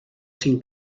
sin